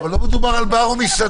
אבל לא מדובר על בר או מסעדה.